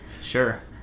Sure